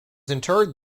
interred